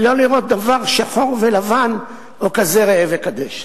ולא לראות דבר שחור ולבן או כזה ראה וקדש.